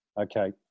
Okay